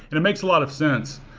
it it makes a lot of sense.